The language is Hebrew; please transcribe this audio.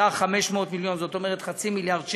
סך הכול 500 מיליון, זאת אומרת חצי מיליארד שקל,